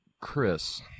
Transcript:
Chris